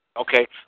Okay